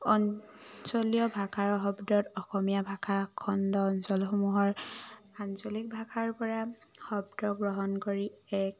অঞ্চলীয় ভাষাৰ শব্দত অসমীয়া ভাষা খণ্ড অঞ্চলসমূহৰ আঞ্চলিক ভাষাৰ পৰা শব্দ গ্ৰহণ কৰি এক